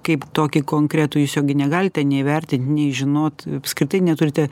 kaip tokį konkretų jūs jo gi negalit nei įvertint nei žinot apskritai neturite